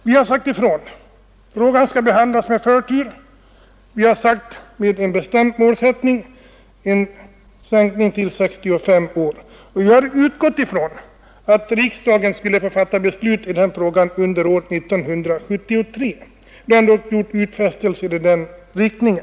Vi har sagt att frågan skall behandlas med förtur och vi har angivit en bestämd målsättning, nämligen en sänkning till 65 år. Vi har vidare utgått från att riksdagen skulle få fatta beslut i denna fråga under år 1973, eftersom man gjort utfästelser i denna riktning.